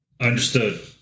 Understood